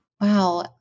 Wow